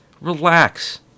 Relax